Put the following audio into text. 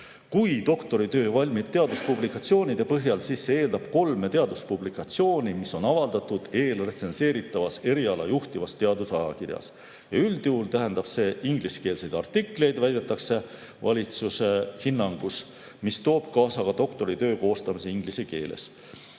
Kui doktoritöö valmib teaduspublikatsioonide põhjal, siis see eeldab kolme teaduspublikatsiooni, mis on avaldatud eelretsenseeritavas eriala juhtivas teadusajakirjas. Üldjuhul tähendab see ingliskeelseid artikleid, väidetakse valitsuse hinnangus, mis toob kaasa ka doktoritöö koostamise inglise keeles.